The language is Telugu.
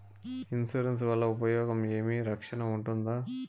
ఇన్సూరెన్సు వల్ల ఉపయోగం ఏమి? రక్షణ ఉంటుందా?